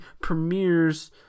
premieres